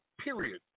period